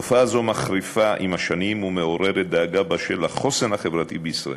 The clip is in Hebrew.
תופעה זאת מחריפה עם השנים ומעוררת דאגה באשר לחוסן החברתי בישראל.